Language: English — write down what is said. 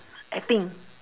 acting